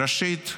ראשית,